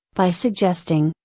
by suggesting,